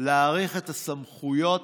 להאריך את הסמכויות,